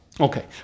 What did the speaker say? Okay